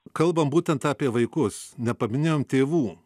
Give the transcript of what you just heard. kalbam būtent apie vaikus nepaminėjom tėvų